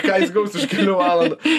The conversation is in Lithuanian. ką jis gaus už kelių valandų